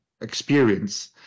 experience